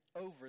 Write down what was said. Over